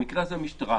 במקרה הזה המשטרה,